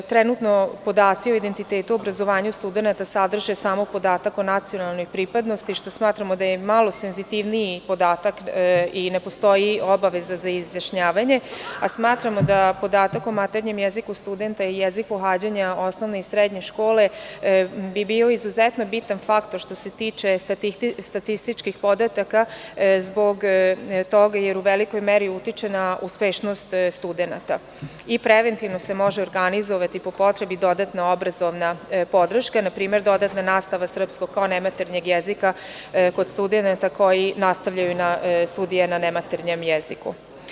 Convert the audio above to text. Trenutno podaci o identitetu obrazovanja studenata sadrže samo podatak o nacionalnoj pripadnosti, što smatramo da je malo senzitivniji podatak i ne postoji obaveza za izjašnjavanje, a smatramo da podatak o maternjem jeziku studenta i jezik pohađanja osnovne i srednje škole bi bili izuzetno bitan faktor, što se tiče statističkih podataka zbog toga jer u velikoj meri utiče na uspešnost studenata i preventivno se može organizovati, po potrebi, dodatno obrazovna podrška, na primer, dodatna nastava srpskog kao nematernjeg jezika kod studenata koji nastavljaju studije na nematernjem jeziku.